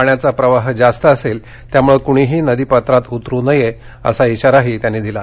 पाण्याचा प्रवाह जास्त असेल त्यामुळे कुणीही नदीपात्रात उतरू नये असा इशाराही त्यांनी दिला